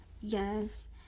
yes